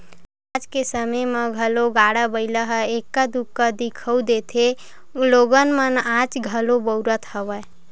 आज के समे म घलो गाड़ा बइला ह एक्का दूक्का दिखउल देथे लोगन मन आज घलो बउरत हवय